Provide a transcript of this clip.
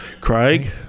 Craig